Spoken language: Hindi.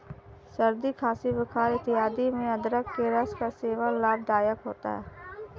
सर्दी खांसी बुखार इत्यादि में अदरक के रस का सेवन लाभदायक होता है